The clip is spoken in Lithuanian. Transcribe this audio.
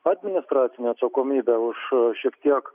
administracinę atsakomybę už šiek tiek